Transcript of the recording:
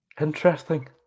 Interesting